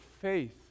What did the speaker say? faith